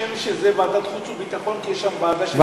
אני חושב שזו ועדת חוץ וביטחון, כי יש שם ועדה,